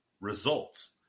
results